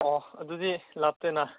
ꯑꯣ ꯑꯗꯨꯗꯤ ꯂꯥꯞꯇꯦꯅ